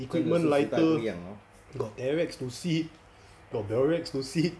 equipment lighter got terax to sit got barracks to sit